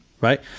right